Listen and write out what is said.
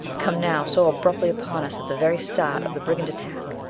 come now so abruptly upon us at the very start of the brigand attack.